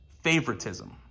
Favoritism